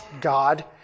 God